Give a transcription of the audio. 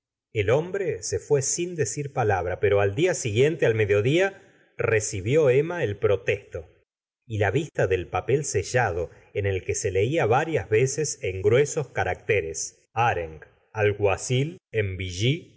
el hombre se fué sin decir palabra pero al día siguiente al mediodía recibió emma el protesto y la vista del papel sellado en el que se leía varias veces en gruesos caracteres chareng alguacil en